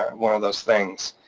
one of those things.